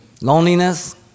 loneliness